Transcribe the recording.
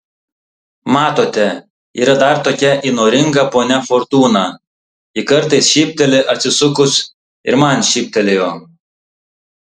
matote yra dar tokia įnoringa ponia fortūna ji kartais šypteli atsisukus ir man šyptelėjo